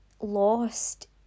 lost